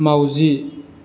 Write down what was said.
माउजि